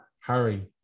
Harry